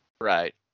Right